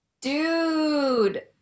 Dude